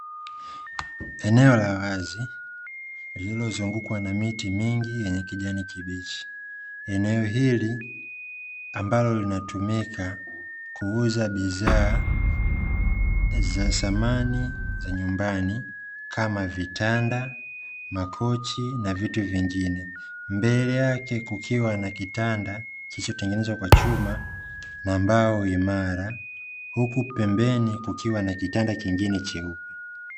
Eneo la wazi, lililozungukwa na miti mingi yenye kijani kibichi, eneo hili a,mbalo linatumika kuza bidhaa za samani za nyumbani kama; vitanda, makochi na vitu vingine, mbele yake kukiwa na kitanda kilichootengenezwa kwa chuma na mbao imara, huku pembeni kukiwa na kitanda kingine cheupe.